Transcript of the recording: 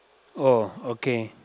oh okay